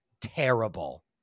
terrible